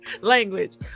language